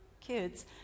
kids